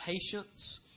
patience